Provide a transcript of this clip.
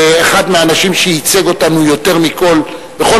ואחד מהאנשים שייצג אותנו יותר מכול בכל